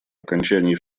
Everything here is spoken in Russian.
окончании